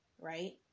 right